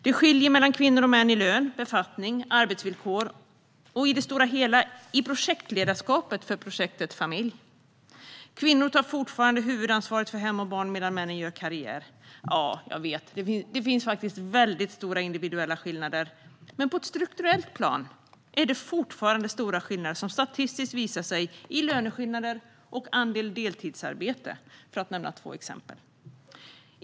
Det skiljer mellan kvinnor och män i lön, befattning, arbetsvillkor och i det stora hela - i projektledarskapet för projektet familj. Kvinnor tar fortfarande huvudansvaret för hem och barn medan männen gör karriär. Ja, jag vet att det finns stora individuella skillnader där, men på ett strukturellt plan är skillnaderna fortfarande stora. Statistiskt visar det sig i löneskillnader och andel deltidsarbete, för att nämna två exempel.